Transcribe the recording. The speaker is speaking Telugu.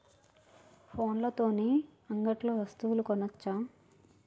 ఫోన్ల తోని అంగట్లో వస్తువులు కొనచ్చా?